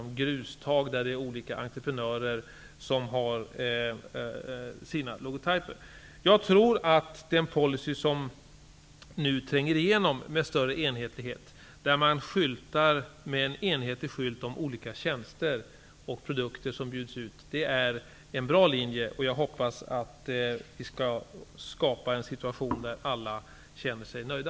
Vid grustag kommer olika entreprenörer att skylta med sina logotyper. Jag tror att den policy som nu tränger igenom där man skyltar med en enhetlig skylt om olika tjänster och produkter som bjuds ut är en bra linje. Jag hoppas att vi skall kunna skapa en situation där alla känner sig nöjda.